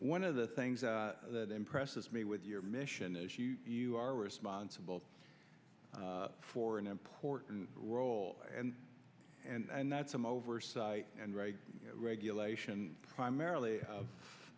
one of the things that impresses me with your mission is you are responsible for an important role and and that some oversight and right regulation primarily of